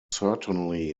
certainly